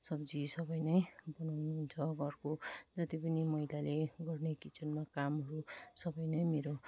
सब्जी सबै नै बनाउनुहुन्छ घरको जति पनि महिलाले गर्ने किचनमा कामहरू सबै नै मेरो